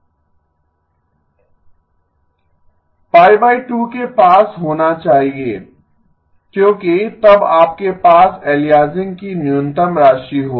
के पास होना चाहिए क्योंकि तब आपके पास एलियासिंग की न्यूनतम राशि होगी